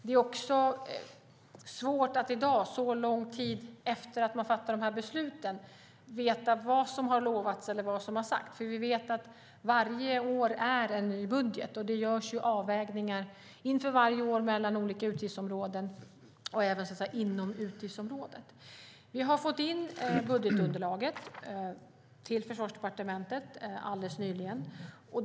Det är svårt att i dag, så lång tid efter det att besluten fattats, veta vad som har sagts eller vad som har lovats. Vi vet att varje år är det en ny budget, och det görs avvägningar inför varje år mellan olika utgiftsområden och även inom utgiftsområdet. Vi har alldeles nyligen fått in budgetunderlaget till Försvarsdepartementet.